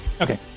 Okay